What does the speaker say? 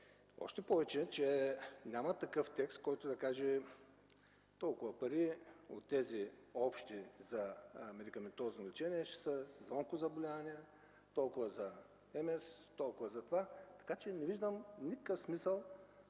Още повече, че няма такъв текст, който да каже: толкова пари от общите за медикаментозно лечение ще са за онкозаболявания, толкова за МС, толкова за това. Така че не виждам никакъв смисъл